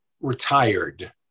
retired